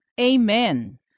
Amen